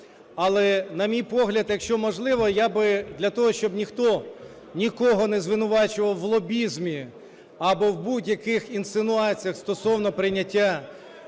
Але, на мій погляд, якщо можливо, я б для того, щоб ніхто нікого не звинувачував в лобізмі або в будь-яких інсинуаціях стосовно прийняття